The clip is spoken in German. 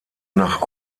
nach